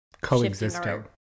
Coexisting